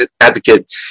Advocate